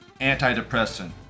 antidepressant